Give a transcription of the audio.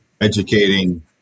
educating